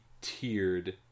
tiered